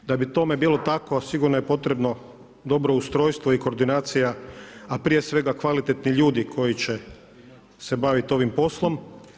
Da bi tome bilo tako, sigurno je potrebno dobro ustrojstvo i koordinacija, a prije svega kvalitetni ljudi koji će se baviti ovim poslom.